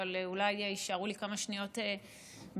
אבל אולי יישארו לי כמה שניות בהמשך.